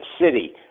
City